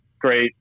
great